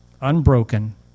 unbroken